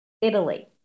Italy